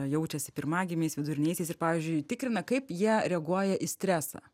jaučiasi pirmagimiais viduriniaisiais ir pavyzdžiui tikrina kaip jie reaguoja į stresą